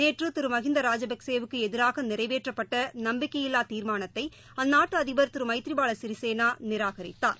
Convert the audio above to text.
நேற்றுதிருமகிந்தாராஜபக்சே க்குஎதிரானநிறைவேற்றப்பட்டநம்பிக்கையில்லாதீர்மானத்தைஅந்நாட்டுஅதிபர் திருமைதிரிபாலசிறிசேனாநிராகரித்தார்